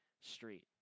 street